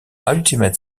ultimate